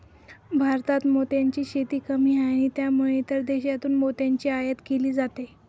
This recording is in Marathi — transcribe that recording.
भारतात मोत्यांची शेती कमी आहे आणि त्यामुळे इतर देशांतून मोत्यांची आयात केली जाते